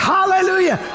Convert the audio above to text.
Hallelujah